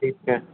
ठीकु आहे